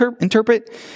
interpret